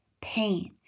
pain